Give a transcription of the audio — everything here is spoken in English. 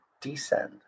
descend